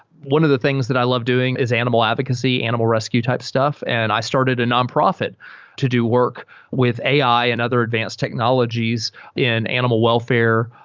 one of the things that i love doing is animal advocacy, animal rescue type stuff, and i started a nonprofit to do work with ai and other advanced technologies in animal welfare,